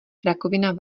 rakovina